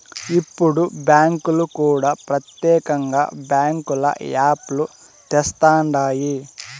ఇప్పుడు బ్యాంకులు కూడా ప్రత్యేకంగా బ్యాంకుల యాప్ లు తెస్తండాయి